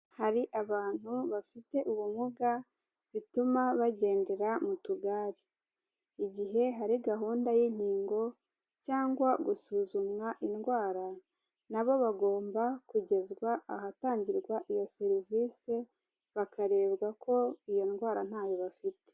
Hari abantu bafite ubumuga bituma bagendera mu tugare, igihe hari gahunda y'inkingo cyangwa gusuzumwa indwara na bo bagomba kugezwa ahatangirwa iyo serivisi bakarebwa ko iyo ndwara ntayo bafite.